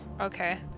Okay